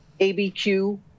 ABQ